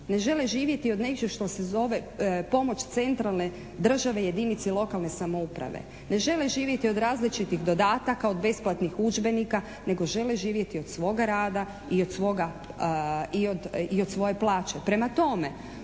ne žele živjeti od nečeg što se zove pomoć centralne države jedinice lokalne samouprave. Ne žele živjeti od različitih dodataka, od besplatnih udžbenika, nego žele živjeti od svoga rada i od svoje plaće. Prema tome,